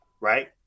right